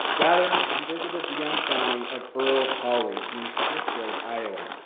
rather, he visited the young family of earl pauley near smithfield, iowa.